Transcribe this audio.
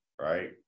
Right